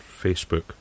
Facebook